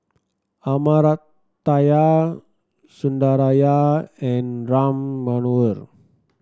Amartya Sundaraiah and Ram Manohar